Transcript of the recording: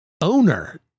owner